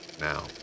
Now